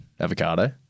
avocado